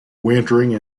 wintering